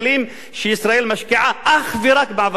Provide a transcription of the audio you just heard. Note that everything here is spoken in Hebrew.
שישראל משקיעה אך ורק בהעברת תלמידים?